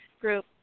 group